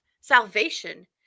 salvation